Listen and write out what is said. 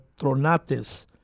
tronates